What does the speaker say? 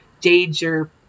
danger